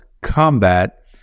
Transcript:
combat